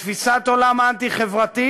לתפיסת עולם אנטי-חברתית,